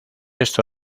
esto